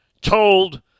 told